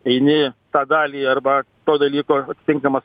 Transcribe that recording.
eini tą dalį arba to dalyko atitinkamas